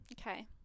okay